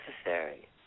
necessary